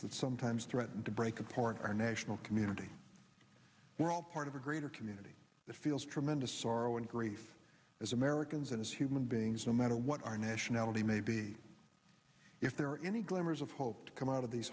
sometimes threaten to break apart our national community we're all part of a greater community that feels tremendous sorrow and grief as americans and as human beings no matter what our nationality may be if there are any glimmers of hope to come out of these